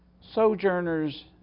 Sojourners